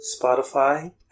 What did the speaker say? Spotify